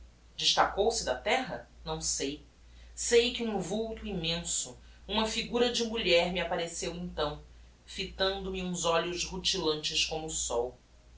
destacou-se da terra não sei sei que um vulto immenso uma figura de mulher me appareceu então fitando me uns olhos rutilantes como o sol